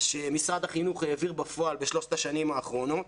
שמשרד החינוך העביר בפועל בשלוש השנים האחרונות,